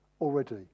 already